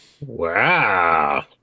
Wow